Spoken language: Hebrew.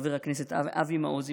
חבר הכנסת אבי מעוז,